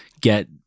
get